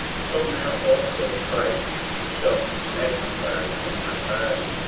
so now also christ shall be magnified in my body,